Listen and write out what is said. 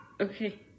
Okay